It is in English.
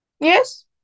Yes